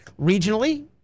regionally